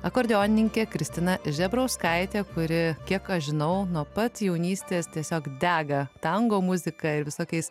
akordeonininkė kristina žebrauskaitė kuri kiek aš žinau nuo pat jaunystės tiesiog dega tango muzika ir visokiais